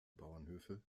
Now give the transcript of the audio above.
bauernhöfe